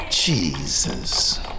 Jesus